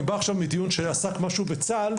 אני בא עכשיו מדיון שעסק משהו בצה"ל,